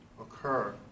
occur